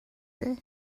ydy